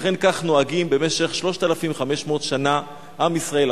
ואכן כך נוהגים במשך 3,500 שנה עם ישראל,